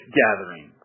gathering